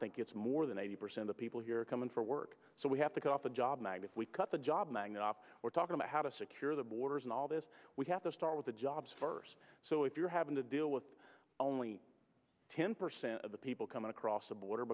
think it's more than eighty percent of people here come in for work so we have to get off the job night if we cut the job magnet up we're talking about how to secure the borders and all this we have to start with the jobs first so if you're having to deal with only ten percent of the people coming across the border